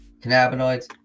cannabinoids